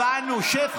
הבנו, שב.